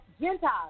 Gentiles